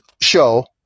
show